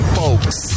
folks